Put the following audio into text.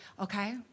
Okay